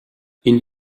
энэ